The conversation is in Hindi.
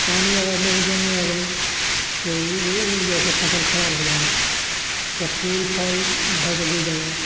पानी अगर नहीं देंगे अगर तो वो जो ऐसे फसल खराब हो जाएगा उसका फूल फल झड़ के गिर जाएगा